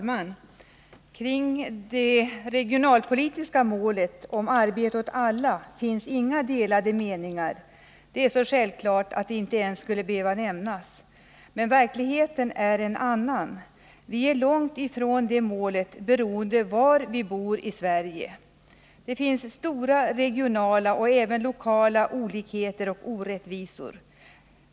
Herr talman! Om det regionalpolitiska målet arbete åt alla finns inga delade meningar. Det är så självklart att det inte ens skulle behöva nämnas. Men verkligheten är en annan. Vi är långt ifrån det målet — hur långt är beroende på var vi bor i Sverige. Det finns stora regionala och även lokala olikheter och orättvisor.